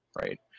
right